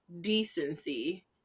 decency